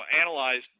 analyzed